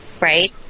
right